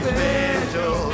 Special